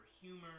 humor